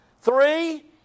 Three